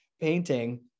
painting